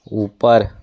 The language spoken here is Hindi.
ऊपर